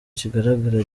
kigaragara